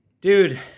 Dude